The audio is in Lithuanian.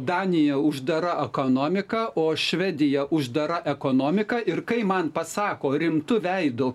danija uždara ekonomika o švedija uždara ekonomika ir kai man pasako rimtu veidu